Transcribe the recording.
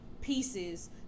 pieces